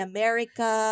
America